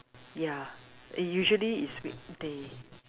ya and usually it's weekday